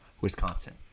Wisconsin